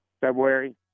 February